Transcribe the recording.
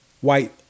White